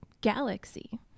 galaxy